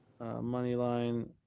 Moneyline